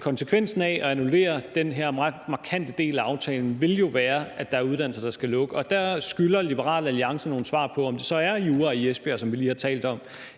konsekvensen af at annullere den her meget markante del af aftalen vil jo være, at der er uddannelser, der skal lukke. Og der skylder Liberal Alliance nogle svare på, om det så er jura i Esbjerg, som vi lige har talt om,